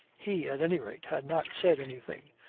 he at any rate had not said anything,